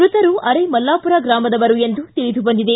ಮೃತರು ಆರೇಮಲ್ಲಾಪುರ ಗ್ರಾಮದವರು ಎಂದು ತಿಳಿದು ಬಂದಿದೆ